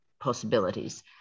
Possibilities